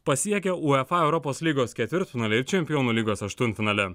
pasiekė uefa europos lygos ketvirtfinalį ir čempionų lygos aštuntfinalį